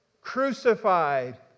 crucified